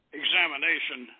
examination